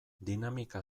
dinamika